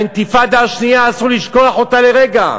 האינתיפאדה השנייה, אסור לשכוח אותה לרגע.